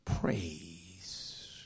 praise